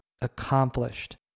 accomplished